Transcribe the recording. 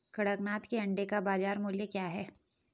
कड़कनाथ के अंडे का बाज़ार मूल्य क्या है?